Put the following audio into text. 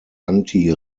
anti